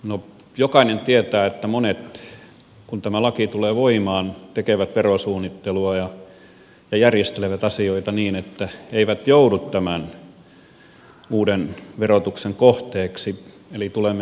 no jokainen tietää että kun tämä laki tulee voimaan monet tekevät verosuunnittelua ja järjestelevät asioita niin että eivät joudu tämän uuden verotuksen kohteeksi eli tulemme menettämään